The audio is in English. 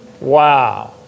Wow